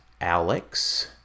Alex